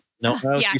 no